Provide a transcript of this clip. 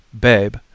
babe